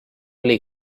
oli